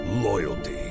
loyalty